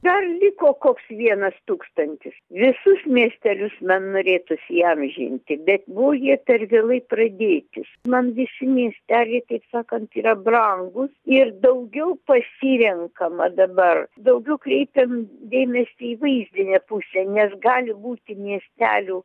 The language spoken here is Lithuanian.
dar liko koks vienas tūkstantis visus miestelius man norėtųsi įamžinti bet buvo jie per vėlai pradėtis man visi miesteliai taip sakant yra brangūs ir daugiau pasirenkama dabar daugiau kreipiam dėmesį į vaizdinę pusę nes gali būti miestelių